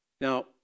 Now